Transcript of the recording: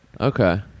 Okay